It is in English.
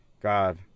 God